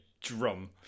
drum